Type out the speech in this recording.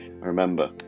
Remember